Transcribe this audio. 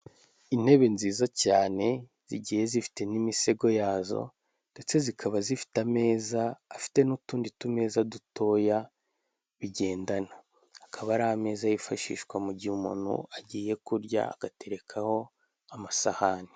Intebe nziza cyane zigiye zifite n'imisego yazo ndetse zikaba zifite ameza afite n'utundi tumeza dutoya, bigendana akaba ari ameza yifashishwa mu gihe umuntu agiye kurya agaterekaho amasahani.